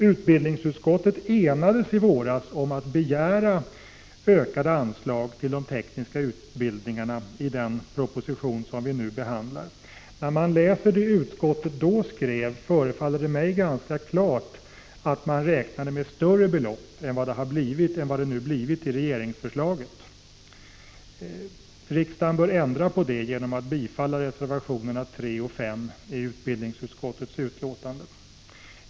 Utbildningsutskottet enades i våras om att hos regeringen begära ökade anslag till de tekniska utbildningarna i den proposition som vi nu behandlar. När jag läser det som utskottet då skrev, förefaller det mig ganska klart att man räknade med större belopp än vad det nu blivit i regeringsförslaget. Riksdagen bör ändra på det genom att bifalla reservationerna 3 och 5 i utbildningsutskottets betänkande.